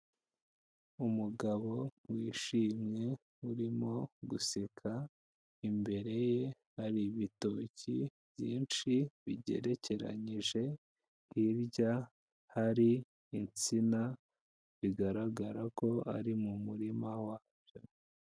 Umugabo wishimye, urimo guseka, imbere ye hari ibitoki byinshi bigerekeranyije, hijya hari insina, bigaragara ko ari mu murima wabyo.